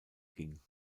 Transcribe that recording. ging